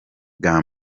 bwa